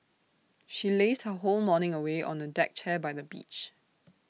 she lazed her whole morning away on the deck chair by the beach